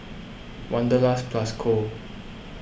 Wanderlust Plus Co